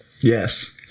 Yes